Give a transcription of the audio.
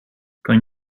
kan